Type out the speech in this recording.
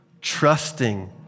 trusting